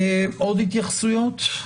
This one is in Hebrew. עוד התייחסויות?